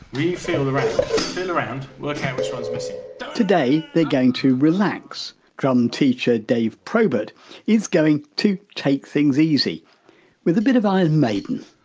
feel around, turnaround workout which one's missing! but today, they're going to relax. drum teacher dave probert is going to take things easy with a bit of iron maiden!